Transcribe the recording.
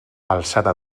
alçada